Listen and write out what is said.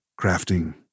crafting